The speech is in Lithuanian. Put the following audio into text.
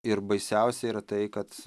ir baisiausia yra tai kad